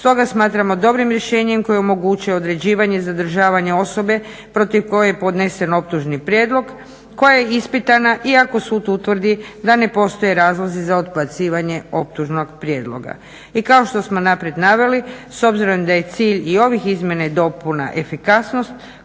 Stoga smatramo dobrim rješenjem koje omogućuje određivanje i zadržavanje osobe protiv koje je podnesen optužni prijedlog koja je ispitana i ako sud utvrdi da ne postoje razlozi za odbacivanje optužnog prijedloga. I kao što smo naprijed naveli s obzirom da je cilj i ovih izmjena i dopuna efikasnost